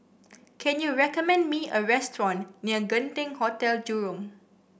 can you recommend me a restaurant near Genting Hotel Jurong